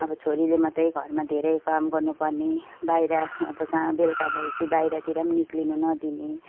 अब छोरीले मात्रै घरमा धेरै काम गर्नुपर्ने बाहिर अब सा बेलुका भएपछि बाहिरतिर पनि निस्किनु नदिने